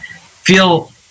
feel